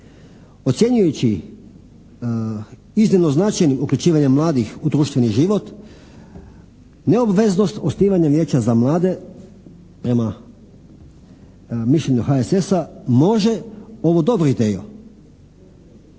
Ocjenjujući iznimno značajno uključivanje mladih u društveni život neobveznost osnivanja vijeća za mlade prema mišljenju HSS-a može ovu dobru ideju